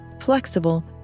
flexible